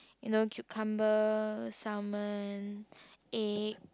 you know cucumber salmon egg